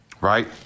right